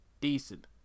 decent